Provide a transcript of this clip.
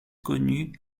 connue